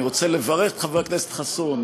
אני רוצה לברך את חבר הכנסת חסון.